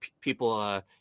people